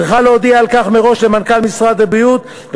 צריכה להודיע על כך מראש למנכ"ל משרד הבריאות,